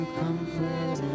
comfort